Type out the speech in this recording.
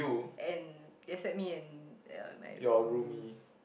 and except me and uh my room